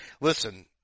Listen